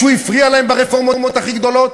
מישהו הפריע להם ברפורמות הכי גדולות?